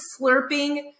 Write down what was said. slurping